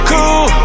Cool